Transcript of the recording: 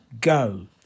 go